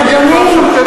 אי-אפשר לשכתב את העבר.